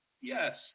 Yes